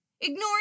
Ignoring